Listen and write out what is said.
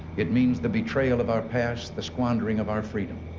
it means the betrayal of our past, the squandering of our freedom.